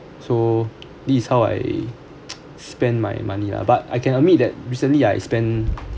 so this is how I spent my money lah but I can admit that recently I spend